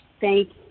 Thank